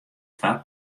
twa